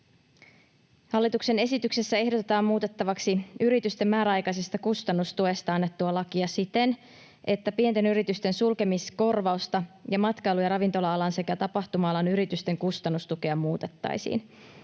Hallituksen esityksessä ehdotetaan muutettavaksi yritysten määräaikaisesta kustannustuesta annettua lakia siten, että pienten yritysten sulkemiskorvausta ja matkailu‑ ja ravintola-alan sekä tapahtuma-alan yritysten kustannustukea muutettaisiin.